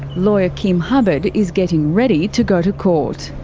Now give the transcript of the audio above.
lawyer kim hubbard is getting ready to go to court.